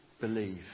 believe